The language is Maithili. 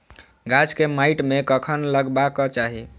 गाछ केँ माइट मे कखन लगबाक चाहि?